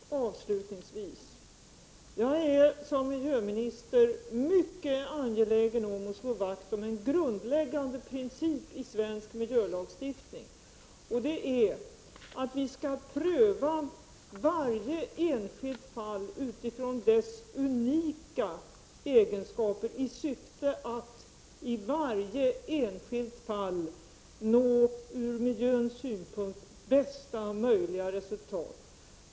Fru talman! Kort och avslutningsvis: Jag är som miljöminister mycket angelägen om att slå vakt om en grundläggande princip i svensk miljölagstiftning, nämligen att vi skall pröva varje enskilt fall utifrån dess unika egenskaper, i syfte att i varje enskilt fall nå ur miljöns synpunkt bästa möjliga resultat.